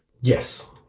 Yes